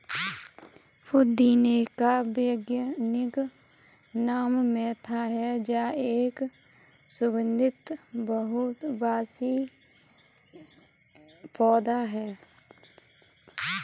पुदीने का वैज्ञानिक नाम मेंथा है जो एक सुगन्धित बहुवर्षीय पौधा है